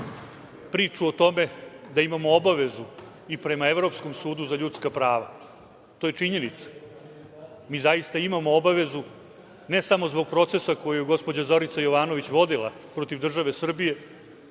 priču o tome da imamo obavezu i prema Evropskom sudu za ljudska prava. To je činjenica. Mi zaista imamo obavezu, ne samo zbog procesa koji je gospođa Zorica Jovanović vodila protiv države Srbije